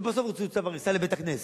ובסוף הוציא צו הריסה לבית-הכנסת.